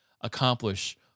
accomplish